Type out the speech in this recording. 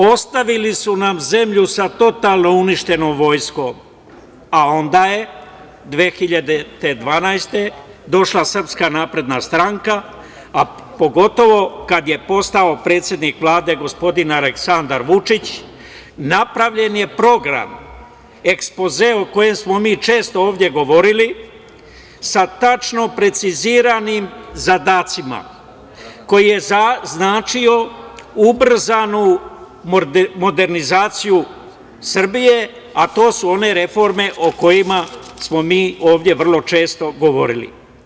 Ostavili su nam zemlju sa totalno uništenom vojskom, a onda je 2012. godine došla Srpska napredna stranka, a pogotovo kada je postao predsednik Vlade gospodin Aleksandar Vučić napravljen je program, ekspoze o kojem smo mi često ovde govorili sa tačno preciziranim zadacima, koji je značio ubrzanu modernizaciju Srbije, a to su one reforme o kojima smo mi ovde vrlo često govorili.